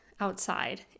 outside